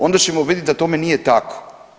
Onda ćemo vidjeti da tome nije tako.